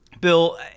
Bill